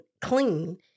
clean